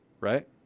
right